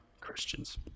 Christians